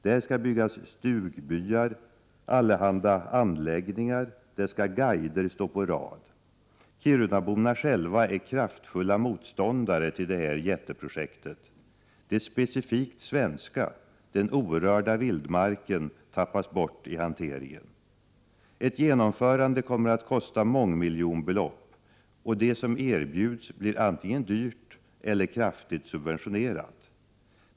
Där skall det byggas stugbyar och allehanda anläggningar, och där skall guider stå på rad. Kirunaborna själva är kraftfulla motståndare till jätteprojektet. Det specifikt svenska — den orörda vildmarken — tappas bort i hanteringen. Ett genomförande kommer att kosta mångmiljonbelopp, och det som erbjuds blir antingen dyrt eller kraftigt subventionerat.